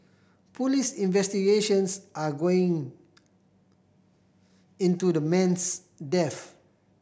police investigations are going into the man's death